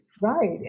Right